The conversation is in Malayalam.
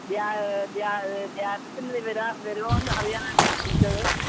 ധ്യാ ധ്യാ ധ്യാനത്തിന് വിവര വരുമോ എന്ന് അറിയാനായിട്ടാണ് വിളിച്ചത്